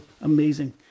Amazing